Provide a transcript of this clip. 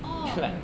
orh